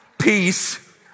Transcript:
Peace